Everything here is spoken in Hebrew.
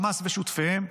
חמאס ושותפיהם.